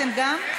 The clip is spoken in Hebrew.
ביטלתם גם?